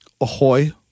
Ahoy